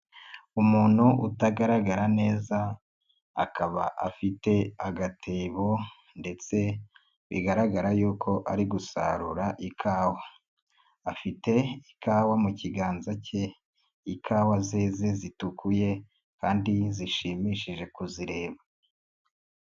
Umuntu utagaragara neza akaba afite agatebo ndetse bigaragara y'uko ari gusarura ikawa, afite ikawa mu kiganza cye ikawa zeze zitukuye kandi zishimishije kuzireba.